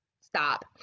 Stop